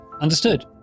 understood